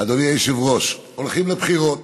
אדוני היושב-ראש, הולכים לבחירות.